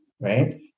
right